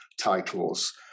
titles